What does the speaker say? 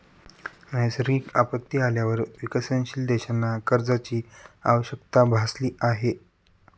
नैसर्गिक आपत्ती आल्यावर विकसनशील देशांना कर्जाची आवश्यकता भासली आहे